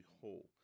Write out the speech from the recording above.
whole